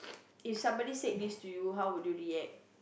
if somebody said this to you how would you react